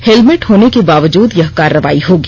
helmet होने के बावजूद यह कार्रवाई होगी